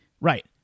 Right